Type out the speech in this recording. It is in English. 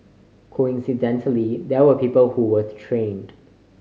coincidentally there were people who were trained